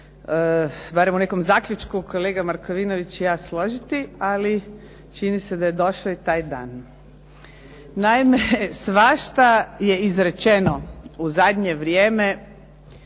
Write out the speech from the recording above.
barem u nekom zaključku kolega Markovinović i ja složiti, ali čini se da je došao i taj dan. Naime, svašta je izrečeno u zadnje vrijeme